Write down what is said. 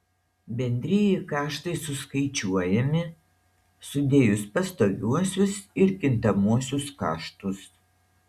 bendrieji kaštai suskaičiuojami sudėjus pastoviuosius ir kintamuosius kaštus